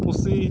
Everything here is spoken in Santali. ᱯᱩᱥᱤ